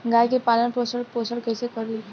गाय के पालन पोषण पोषण कैसे करी?